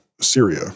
Syria